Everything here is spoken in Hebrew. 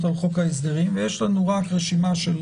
על חוק ההסדרים ויש לנו "רק" רשימה של